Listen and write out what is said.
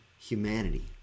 humanity